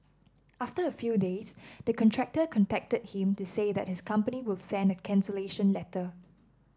after a few days the contractor contacted him to say that his company will send a cancellation letter